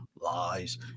Lies